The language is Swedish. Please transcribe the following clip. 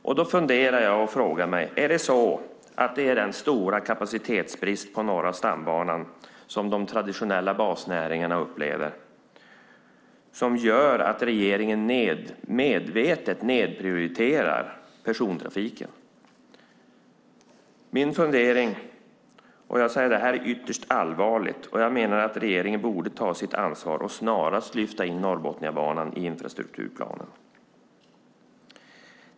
Därför frågar jag mig om det är den stora kapacitetsbristen på Norra stambanan som de traditionella basnäringarna upplever som gör att regeringen medvetet nedprioriterar persontrafiken. Det här är ytterst allvarligt, och jag menar att regeringen borde ta sitt ansvar och snarast lyfta in Norrbotniabanan i infrastrukturplanen.